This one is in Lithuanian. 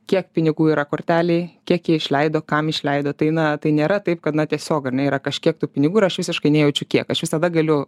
kiek pinigų yra kortelėje kiek jie išleido kam išleido tai na tai nėra taip kad na tiesiog ar ne yra kažkiek tų pinigų ir aš visiškai nejaučiu kiek aš visada galiu